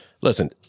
Listen